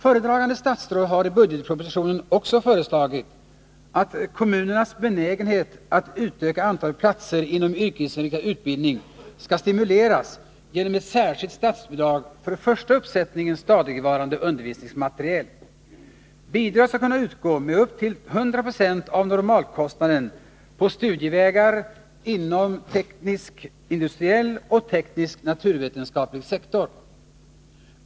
Föredragande statsråd har i budgetpropositionen också föreslagit att kommunernas benägenhet att utöka antalet platser inom yrkesinriktad utbildning skall stimuleras genom ett särkskilt statsbidrag för första uppsättningen stadigvarande undervisningsmateriel. Bidrag skall kunna utgå med upp till 100 26 av normalkostnaden på studievägar inom tekniskindustriell och teknisk-naturvetenskaplig sektor.